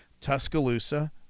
Tuscaloosa